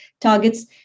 targets